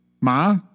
Ma